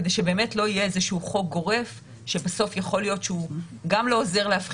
כדי שלא יהיה חוק גורף שבסוף גם לא עוזר להפחית